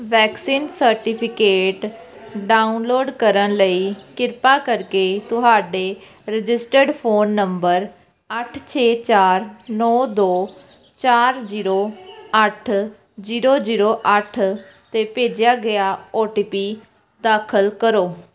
vaccine certificate download ਕਰਨ ਲਈ ਕਿਰਪਾ ਕਰਕੇ ਤੁਹਾਡੇ ਰਜਿਸਟਰਡ ਫ਼ੋਨ ਨੰਬਰ ਅੱਠ ਛੇ ਚਾਰ ਨੌਂ ਦੋ ਚਾਰ ਜੀਰੋ ਅੱਠ ਜੀਰੋ ਜੀਰੋ ਅੱਠ 'ਤੇ ਭੇਜਿਆ ਗਿਆ ਓ ਟੀ ਪੀ ਦਾਖਲ ਕਰੋ